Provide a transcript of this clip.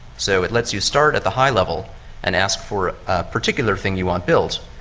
so it lets you start at the high level and ask for a particular thing you want built,